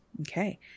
Okay